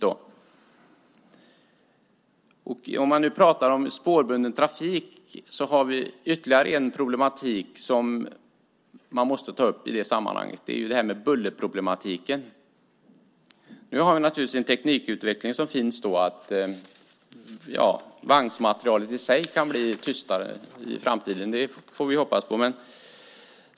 När det gäller spårbunden trafik finns det ytterligare ett problem som måste tas upp, nämligen bullerproblemet. Teknikutvecklingen gör att vagnsmaterialet i sig kan bli tystare i framtiden. Vi får hoppas på det.